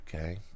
Okay